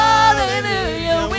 Hallelujah